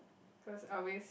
cause always